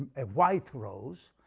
and a white rose,